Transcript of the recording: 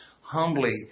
humbly